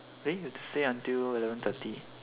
eh we have to stay until eleven thirty